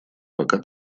пока